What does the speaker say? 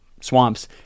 swamps